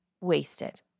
wasted